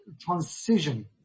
transition